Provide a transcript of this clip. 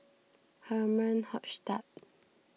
Herman Hochstadt